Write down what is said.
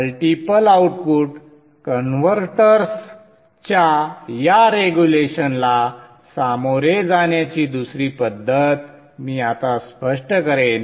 multiple output कन्व्हर्टर्सच्या या रेग्युलेशनला सामोरे जाण्याची दुसरी पद्धत मी आता स्पष्ट करेन